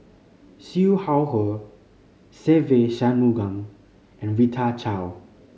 Siew Shaw Her Se Ve Shanmugam and Rita Chao